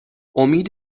امید